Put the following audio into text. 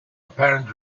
apparent